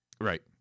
Right